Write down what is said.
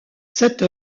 cette